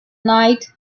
night